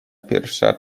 pierwsza